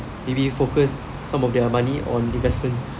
maybe focus some of their money on investment